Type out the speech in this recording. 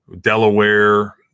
delaware